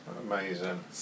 Amazing